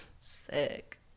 Sick